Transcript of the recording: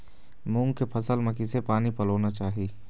मूंग के फसल म किसे पानी पलोना चाही?